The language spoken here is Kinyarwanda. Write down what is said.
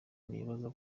nibaza